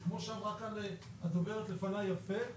שכמו שאמרה כאן הדוברת לפניי יפה,